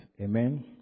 Amen